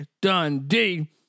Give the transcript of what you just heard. Dundee